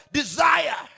desire